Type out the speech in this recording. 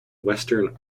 western